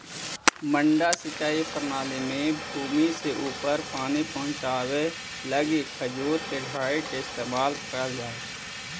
मड्डा सिंचाई प्रणाली में भूमि से ऊपर पानी पहुँचावे लगी खजूर के झाड़ी के इस्तेमाल कैल जा हइ